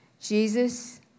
Jesus